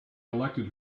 elected